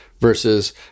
versus